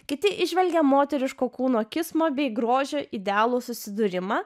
kiti įžvelgia moteriško kūno kismo bei grožio idealų susidūrimą